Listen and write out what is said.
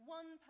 one